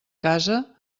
casa